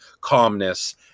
calmness